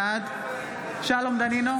בעד שלום דנינו,